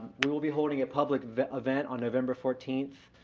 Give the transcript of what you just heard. we will be holding a public event on november fourteenth.